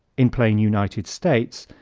in plain united states,